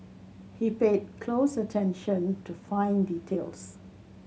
he paid close attention to fine details